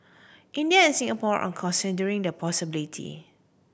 India and Singapore are considering the possibility